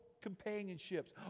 companionships